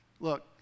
Look